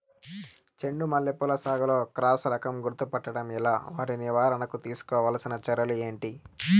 చెండు మల్లి పూల సాగులో క్రాస్ రకం గుర్తుపట్టడం ఎలా? వాటి నివారణకు తీసుకోవాల్సిన చర్యలు ఏంటి?